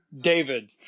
David